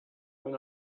when